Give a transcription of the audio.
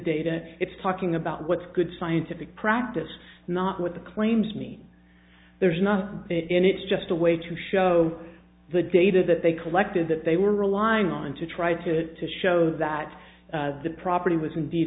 data it's talking about what's good scientific practice not what the claims mean there's none and it's just a way to show the data that they collected that they were relying on to try to show that the property was indeed